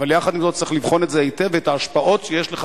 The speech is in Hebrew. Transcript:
אבל יחד עם זאת צריך לבחון היטב את זה ואת ההשפעות שיש לזה,